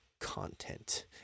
content